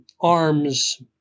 arms